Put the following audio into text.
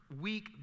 weak